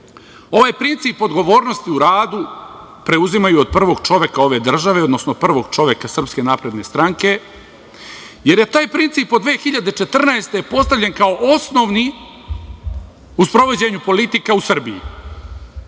ovaj princip odgovornosti u radu preuzimaju od prvog čoveka ove države, odnosno prvog čoveka SNS, jer je taj princip od 2014. godine postavljen kao osnovni u sprovođenju politika u Srbiji,